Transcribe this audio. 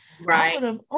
right